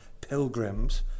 pilgrims